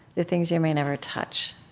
the things you may never touch?